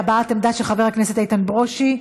הבעת עמדה של חבר הכנסת איתן ברושי.